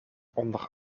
onder